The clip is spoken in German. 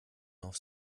auf